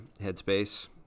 headspace